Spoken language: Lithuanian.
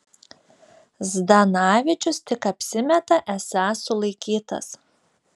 zdanavičius tik apsimeta esąs sulaikytas